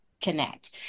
connect